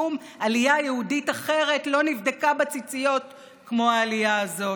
ושום עלייה יהודית אחרת לא נבדקה בציציות כמו העלייה הזאת.